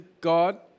God